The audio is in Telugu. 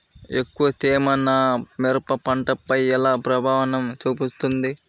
ఎక్కువ తేమ నా మిరప పంటపై ఎలా ప్రభావం చూపుతుంది?